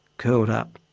curled up,